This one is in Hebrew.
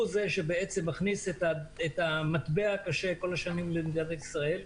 הוא שמכניס את המטבע הקשה כל השנים למדינת ישראל.